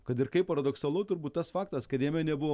kad ir kaip paradoksalu turbūt tas faktas kad jame nebuvo